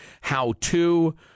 how-to